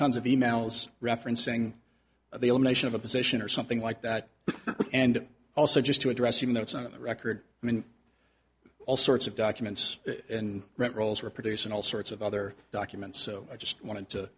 tons of emails referencing the elimination of a position or something like that and also just to address even though it's on the record i mean all sorts of documents and rolls are producing all sorts of other documents so i just wanted to